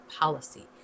policy